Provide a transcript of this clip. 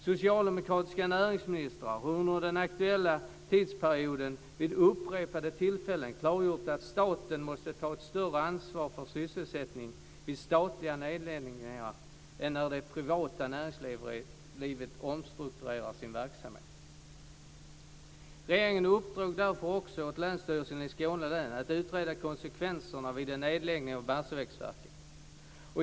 Socialdemokratiska näringsministrar har under den aktuella tidsperioden vid upprepade tillfällen klargjort att staten måste ta ett större ansvar för sysselsättning vid statliga nedläggningar än när det privata näringslivet omstrukturerar sin verksamhet. Regeringen uppdrog därför till länsstyrelsen i Skåne län att utreda konsekvenserna vid en nedläggning av Barsebäcksverket.